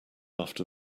after